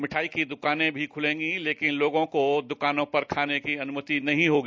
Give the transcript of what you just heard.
मिठाई की दुकानें भी खूलेगी लेकिन लोगों को दुकानों पर खाने की अनुमति नहीं होगी